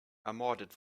ermordet